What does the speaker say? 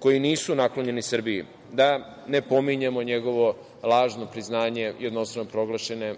koji nisu naklonjeni Srbiji, da ne pominjemo njegovo lažno priznanje jednostrano proglašene